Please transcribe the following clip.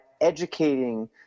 educating